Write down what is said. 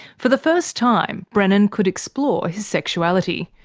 for the first time, brennan could explore his sexuality.